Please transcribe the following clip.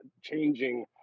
changing